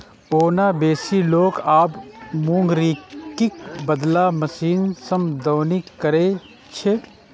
ओना बेसी लोक आब मूंगरीक बदला मशीने सं दौनी करै छै